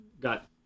got